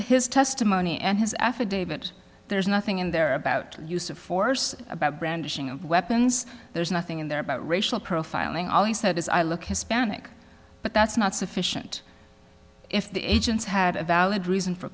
his testimony and his affidavit there's nothing in there about use of force about brandishing of weapons there's nothing in there about racial profiling all he said is i look hispanic but that's not sufficient if the agents had a valid reason for